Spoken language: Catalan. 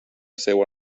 seua